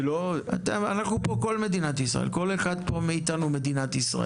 כל אחד מאיתנו הוא מדינת ישראל.